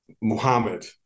Muhammad